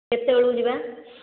କେତେବେଳକୁ ଯିବା